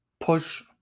push